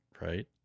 Right